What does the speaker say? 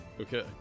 okay